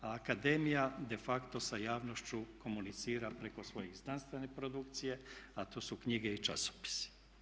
A akademija de facto sa javnošću komunicira preko svoje znanstvene produkcije, a to su knjige i časopisi.